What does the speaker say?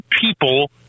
people